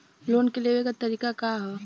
Loan के लेवे क तरीका का ह?